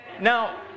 Now